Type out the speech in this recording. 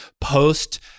post